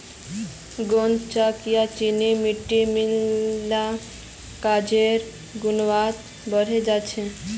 गूदेत चॉक या चीनी मिट्टी मिल ल कागजेर गुणवत्ता बढ़े जा छेक